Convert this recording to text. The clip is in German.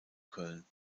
köln